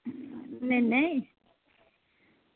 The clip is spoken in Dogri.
नेईं नेईं